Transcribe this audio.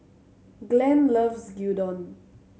Glenn loves Gyudon